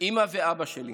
אימא ואבא שלי,